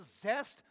possessed